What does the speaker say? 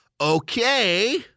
Okay